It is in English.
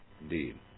indeed